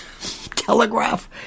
telegraph